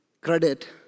credit